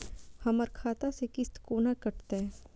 हमर खाता से किस्त कोना कटतै?